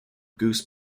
goose